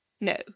no